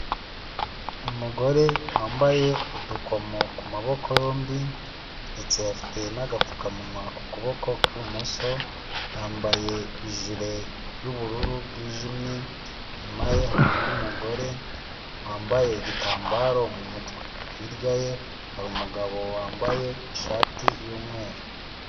Umugore wambaye udukomo ku maboko yombi ndetse afite n'agapfukamunwa ku kuboko kw'ibumoso yambaye ijire y'ubururu bwijimye inyuma ye hari undi mugore wambaye igitambaro mu mutwe hirya ye hari umugabo wambaye ishati y'umweru.